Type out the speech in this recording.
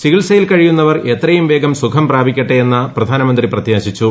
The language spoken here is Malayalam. ചികിത്സയിൽ കഴിയുന്നവർ എത്രയും വേഗം സുഖം പ്രാപിക്കട്ടെ എന്ന് പ്രധാനമന്ത്രി പ്രത്യാശിച്ചു